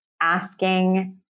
asking